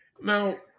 Now